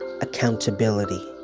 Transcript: accountability